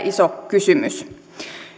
iso kysymys